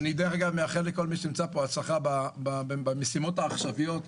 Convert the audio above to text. אני מאחל לכל מי שנמצא פה הצלחה במשימות העכשוויות,